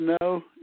no